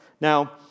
Now